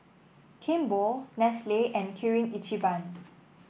Kimball Nestle and Kirin Ichiban